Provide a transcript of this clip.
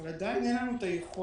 אבל עדיין אין לנו את היכולת